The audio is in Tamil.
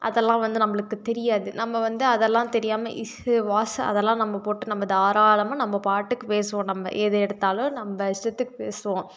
அதெல்லாம் வந்து நம்மளுக்கு தெரியாது நம்ம வந்து அதெல்லாம் தெரியாமல் இஸ்ஸு வாஸ்ஸு அதெல்லாம் நம்ம போட்டு நம்ம தாராளமாக நம்ம பாட்டுக்கு பேசுவோம் நம்ம எதை எடுத்தாலும் நம்ம இஷ்டத்துக்குப் பேசுவோம்